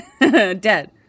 Dead